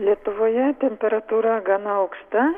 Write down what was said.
lietuvoje temperatūra gana aukšta